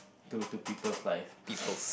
to to peoples' life